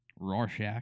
Rorschach